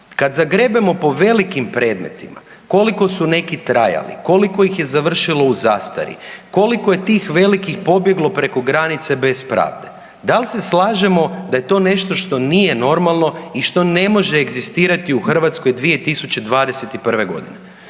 Kad zagrebemo po velikim predmetima, koliko su neki trajali, koliko ih je završilo u zastari, koliko je tih velikih pobjeglo preko granice bez pravde? Da li se slažemo da je to nešto što nije normalno i što ne može egzistirati u Hrvatskoj 2021. g.?